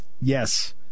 yes